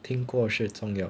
听过是重要